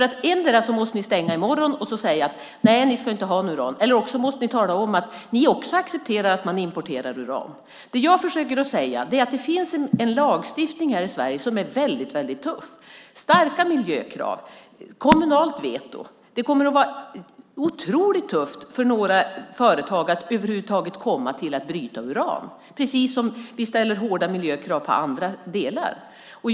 Antingen måste ni stänga i morgon och säga att ni inte ska ha något uran, eller också måste ni tala om att även ni accepterar att man importerar uran. Det jag försöker säga är att det finns en lagstiftning i Sverige som är väldigt tuff. Det finns starka miljökrav och kommunalt veto. Det kommer att vara otroligt tufft för företag att över huvud taget kunna bryta uran. På samma sätt ställer vi hårda miljökrav när det gäller andra saker.